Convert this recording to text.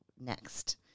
next